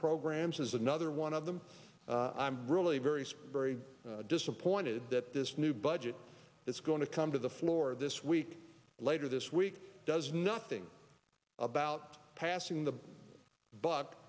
programs is another one of them i'm really very very disappointed that this new budget that's going to come to the floor this week later this week does nothing about passing the bu